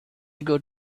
got